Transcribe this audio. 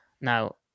Now